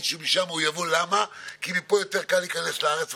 להם להיכנס לעולם המחשבים והאינטרנט,